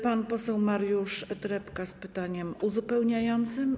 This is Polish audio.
Pan poseł Mariusz Trepka z pytaniem uzupełniającym.